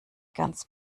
ganz